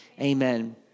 amen